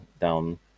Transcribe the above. down